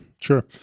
Sure